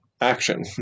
action